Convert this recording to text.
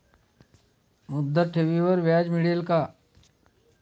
मुदत ठेवीवर व्याज मिळेल का?